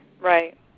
Right